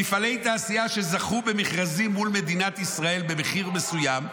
מפעלי תעשייה שזכו במכרזים מול מדינת ישראל במחיר מסוים,